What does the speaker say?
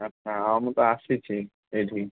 ଆଚ୍ଛା ହଉ ମୁଁ ତ ଆସିଛି ଏଇଠି